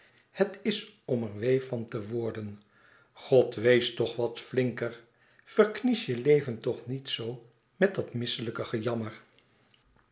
het is om er weê van te worden god wees toch wat flinker verknies je leven toch niet zoo met dat misselijk gejammer